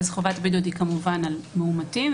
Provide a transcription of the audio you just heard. חובת בידוד היא כמובן על מאומתים.